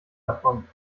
davon